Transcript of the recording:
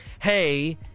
hey